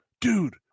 Dude